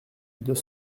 deux